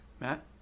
Matt